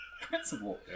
principal